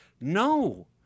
No